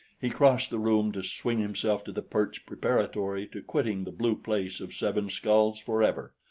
he crossed the room to swing himself to the perch preparatory to quitting the blue place of seven skulls forever.